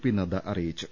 P Nadda അറിയിച്ചു